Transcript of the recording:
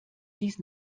dies